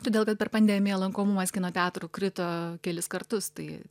todėl kad per pandemiją lankomumas kino teatrų krito kelis kartus tai